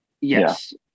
Yes